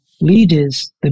leaders